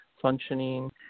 functioning